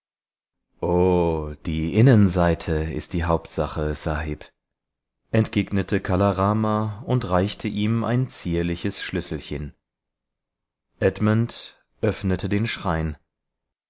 die innenseite ist die hauptsache sahib entgegnete kala rama und reichte ihm ein zierliches schlüsselchen edmund öffnete den schrein